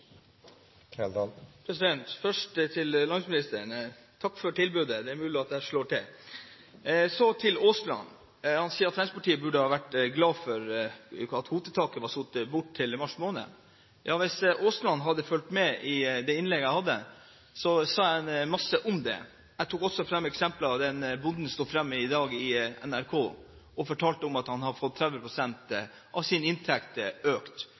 mulig jeg slår til. Så til Aasland. Han sier at Fremskrittspartiet burde ha vært glad for at kvotetaket var satt bort til mars måned. Hvis Aasland hadde fulgt med på det innlegget jeg hadde, så ville han hørt at jeg sa en masse om det. Jeg tok også fram eksempelet med den bonden som sto fram i NRK i dag og fortalte om at han hadde fått 30 pst. av sine inntekter økt